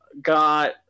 got